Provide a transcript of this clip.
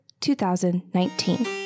2019